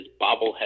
bobblehead